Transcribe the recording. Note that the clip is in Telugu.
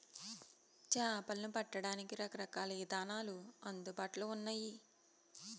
చేపలను పట్టడానికి రకరకాల ఇదానాలు అందుబాటులో ఉన్నయి